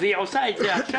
והיא עושה את זה עכשיו.